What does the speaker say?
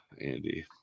Andy